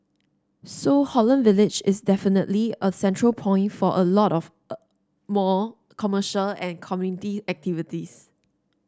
so Holland Village is definitely a central point for a lot of more commercial and community activities